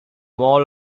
all